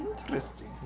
Interesting